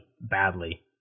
badly